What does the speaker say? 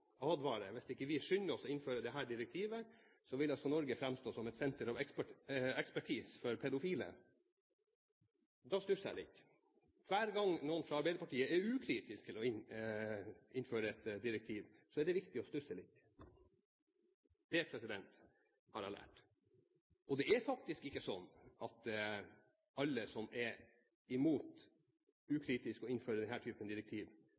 hvis vi ikke skynder oss å innføre dette direktivet, vil Norge framstå som et senter for pedofile. Da stusser jeg litt. Hver gang noen fra Arbeiderpartiet er ukritisk til å innføre et direktiv, er det viktig å stusse litt. Det har jeg lært. Det er faktisk ikke slik at alle som er imot – ikke ukritisk – å innføre denne typen direktiv,